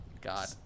God